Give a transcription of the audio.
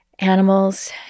animals